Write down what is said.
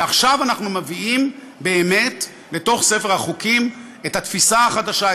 ועכשיו אנחנו מביאים באמת לתוך ספר החוקים את התפיסה החדשה,